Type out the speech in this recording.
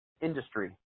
industry